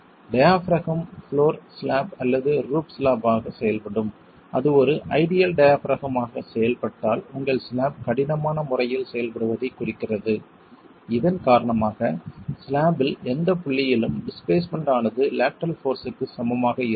டியபிறகம் floor slab அல்லது roof slab ஆக செயல்படும் அது ஒரு ஐடியல் டியபிறகம் ஆகச் செயல்பட்டால் உங்கள் ஸ்லாப் கடினமான முறையில் செயல்படுவதைக் குறிக்கிறது இதன் காரணமாக ஸ்லாப்பில் எந்தப் புள்ளியிலும் டிஸ்பிளேஸ்மென்ட்ஸ் ஆனது லேட்டரல் போர்ஸ்க்கு சமமாக இருக்கும்